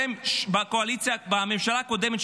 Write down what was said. בממשלה הקודמת,